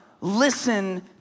Listen